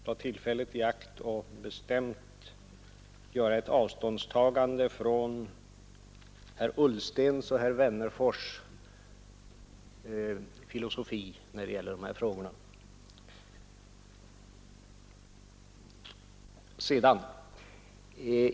Herr talman! Låt mig först ta tillfället i akt att göra ett bestämt avståndstagande från herr Ullstens och herr Wennerfors” filosofi när det gäller de här frågorna.